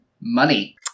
Money